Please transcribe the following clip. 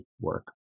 work